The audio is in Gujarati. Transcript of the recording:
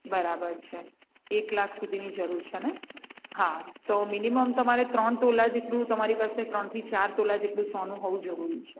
બરાબર છે એક લાખ સુધીની જરૂર છે ને હા તો મિનિમમ તમારે ત્રણ તોલા જેટલું તમારી પાસે ત્રણથી ચાર તોલા જેટલું સોનું હોવું જરૂરી છે